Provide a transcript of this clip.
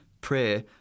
prayer